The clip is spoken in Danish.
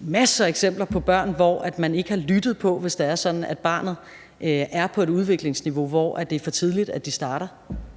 masser af eksempler på børn, hvor man ikke har lyttet, hvis det er sådan, at barnet er på et udviklingsniveau, hvor det er for tidligt, at de starter.